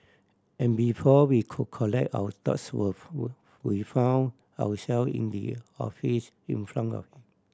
and before we could collect our thoughts we found our self in the office in front of